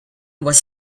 was